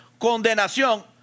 condenación